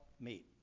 meet